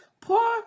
Poor